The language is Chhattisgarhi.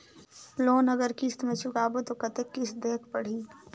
लोन अगर किस्त म चुकाबो तो कतेक किस्त देहेक पढ़ही?